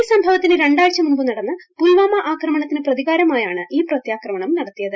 ഈ സംഭവത്തിന് രണ്ട്രൂഴ്ച്ചമുമ്പ് നടന്ന പുൽവാമ ആക്രമണത്തിന് പ്രതികാരമായാണ് ഈ പ്രത്യാക്രമണം നടത്തിയത്